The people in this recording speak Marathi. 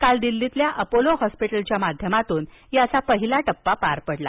काल दिल्लीतील अपोलो हॉस्पिटलच्या माध्यमातून याचं पहिला टप्पा पार पडला